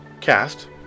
cast